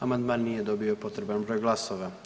Amandman nije dobio potreban broj glasova.